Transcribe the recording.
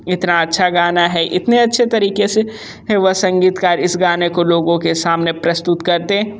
इतना अच्छा गाना है इतने अच्छे तरीके से वह संगीतकार इस गाने को लोगों के सामने प्रस्तुत करते